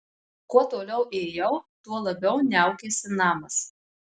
kuo toliau ėjau tuo labiau niaukėsi namas